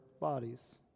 bodies